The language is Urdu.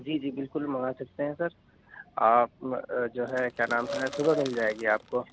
جی جی بالکل منگا سکتے ہیں سر آپ جو ہے كیا نام ہے صُبح مِل جائے گی آپ كو